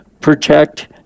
protect